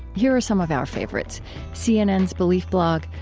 here are some of our favorites cnn's belief blog,